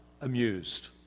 amused